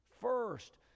First